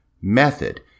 method